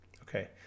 Okay